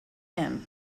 him